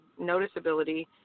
noticeability